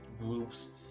groups